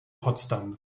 potsdam